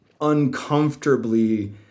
uncomfortably